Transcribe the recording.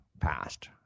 passed